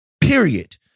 Period